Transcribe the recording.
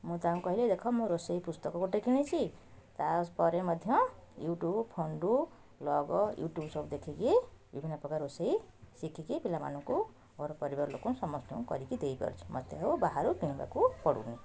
ମୁଁ ତାଙ୍କୁ କହିଲି ଦେଖ ମୁଁ ରୋଷେଇ ପୁସ୍ତକ ଗୋଟେ କିଣିଛି ତା'ପରେ ମଧ୍ୟ ୟୁଟ୍ୟୁବ୍ ଫୋନ୍ରୁ ବ୍ଲଗ୍ ୟୁଟ୍ୟୁବ୍ ସବୁ ଦେଖିକି ବିଭିନ୍ନପ୍ରକାର ରୋଷେଇ ଶିଖିକି ପିଲାମାନଙ୍କୁ ମୋର ପରିବାର ଲୋକ ସମସ୍ତଙ୍କୁ କରିକି ଦେଇପାରୁଛି ମୋତେ ଆଉ ବାହାରୁ କିଣିବାକୁ ପଡ଼ୁନି